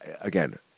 Again